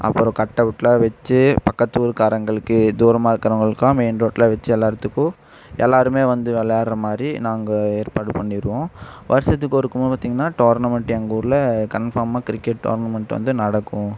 அப்புறம் கட்அவுட்லாம் வச்சு பக்கத்தூருகாரங்களுக்கு தூரமாக இருக்கிறவங்களுக்குல்லாம் மெய்ன் ரோட்டில் வச்சு எல்லாத்துக்கும் எல்லோருமே வந்து விளையாடுற மாதிரி நாங்கள் ஏற்பாடு பண்ணிடுவோம் வருஷத்துக்கு ஒருக்க பார்த்திங்கனா டோரன்மெண்ட் எங்கள் ஊரில் கன்ஃபார்மாக கிரிக்கெட் டோரன்மெண்ட் வந்து நடக்கும்